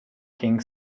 king